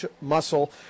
muscle